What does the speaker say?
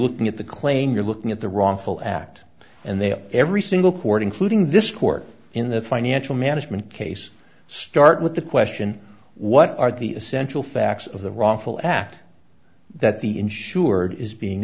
looking at the claim you're looking at the wrongful act and they all every single court including this court in the financial management case start with the question what are the essential facts of the wrongful act that the insured is being